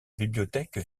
bibliothèque